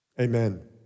Amen